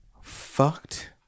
fucked